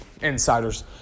insiders